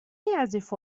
يعزف